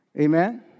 Amen